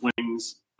Wings